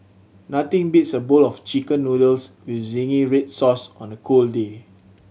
nothing beats a bowl of Chicken Noodles with zingy red sauce on a cold day